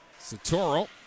Satoro